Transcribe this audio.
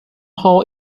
hall